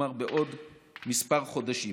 כלומר בעוד כמה חודשים.